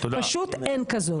פשוט אין כזאת.